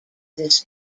this